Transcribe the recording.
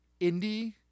indie